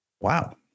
Wow